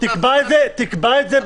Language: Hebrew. יואב,